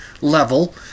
level